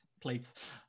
Plates